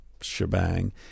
shebang